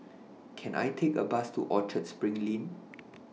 Can I Take A Bus to Orchard SPRING Lane